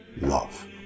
love